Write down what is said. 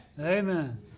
Amen